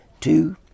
Two